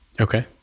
okay